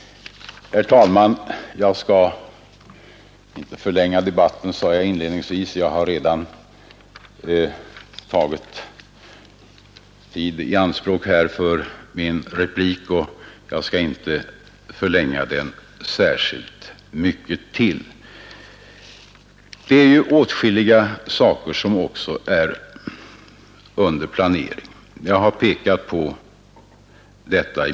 Herr talman! Jag skall inte förlänga debatten, sade jag inledningsvis. Jag har emellertid redan tagit tid i anspråk här för min replik, då jag ansett det angeläget att redovisa de åtgärder vi vidtagit. Åtskilliga frågor är under planering.